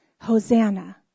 Hosanna